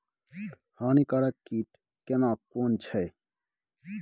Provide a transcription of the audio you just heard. हानिकारक कीट केना कोन छै?